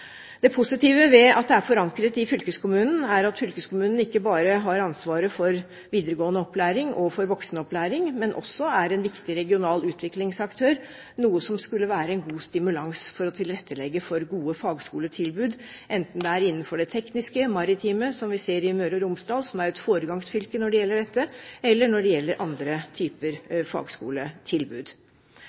Det positive ved at det er forankret i fylkeskommunen, er at fylkeskommunen ikke bare har ansvaret for videregående opplæring og voksenopplæring, men også er en viktig regional utviklingsaktør, noe som skulle være en god stimulans for å tilrettelegge for gode fagskoletilbud, enten det er innenfor det tekniske, det maritime – som vi ser i Møre og Romsdal, som er et foregangsfylke når det gjelder dette – eller når det gjelder andre typer fagskoletilbud.